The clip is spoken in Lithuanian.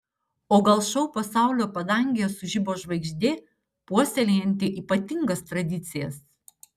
o gal šou pasaulio padangėje sužibo žvaigždė puoselėjanti ypatingas tradicijas